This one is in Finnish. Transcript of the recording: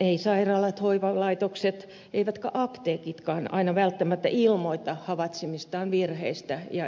eivät sairaalat hoivalaitokset eivätkä apteekitkaan aina välttämättä ilmoita havaitsemistaan virheistä ja erheistä